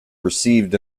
received